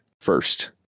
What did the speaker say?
first